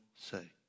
say